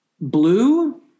Blue